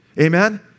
Amen